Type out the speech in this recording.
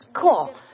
Cool